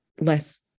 less